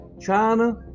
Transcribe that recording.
China